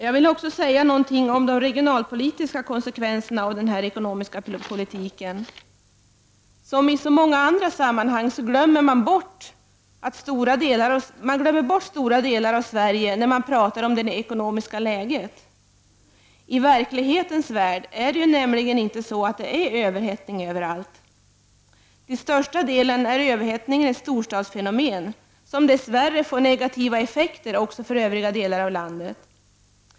Jag vill också säga något om de regionalpolitiska konsekvenserna av den här ekonomiska politiken. Som i så många andra sammanhang glömmer man bort stora delar av Sverige när man talar om det ekonomiska läget. I verklighetens värld är det nämligen inte överhettning överallt. Till största delen är överhettningen ett storstadsfenomen som dess värre får negativa effekter också för övriga delar av landet.